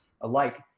alike